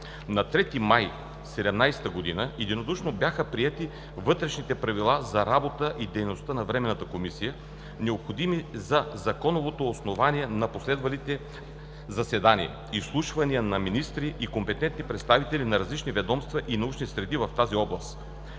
На 3 май 2017 г. единодушно бяха приети вътрешните правила за работа и дейността на Временната комисия, необходими за законовото основание на последвалите заседания, изслушвания на министри и компетентни представители на различни ведомства и научни среди в тази област,